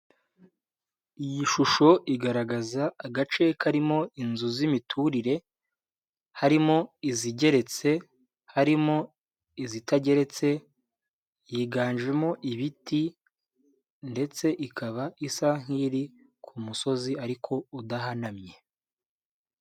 Iyi shusho igaragaza agace karimo inzu z'imiturire harimo izigeretse, harimo izitageretse yiganjemo ibiti ndetse ikaba isa nk'iri ku musozi ariko udahanamye.